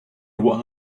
what